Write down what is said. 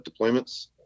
deployments